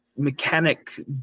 mechanic